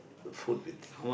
the food with